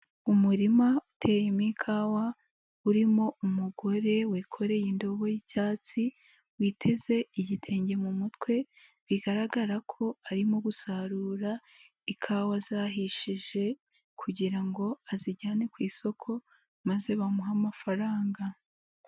Umurima uteyemo ikawa, urimo umugore wikoreye indobo y'icyatsi, witeze igitenge mu mutwe, bigaragara ko arimo gusarura ikawa zahishije kugira ngo azijyane ku isoko maze bamuhe amafaranga.